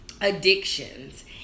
addictions